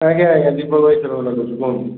ଆଜ୍ଞା ଆଜ୍ଞା ଦୀପୁ ଭାଇ କ୍ଷୀରବାଲା କହୁଛି କୁହନ୍ତୁ